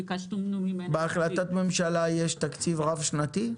ביקשנו ממנה --- בהחלטת ממשלה יש תקציב רב-שנתי?